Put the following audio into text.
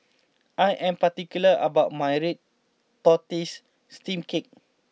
I am particular about my Red Tortoise Steamed Cake